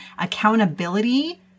accountability